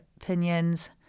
opinions